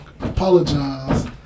apologize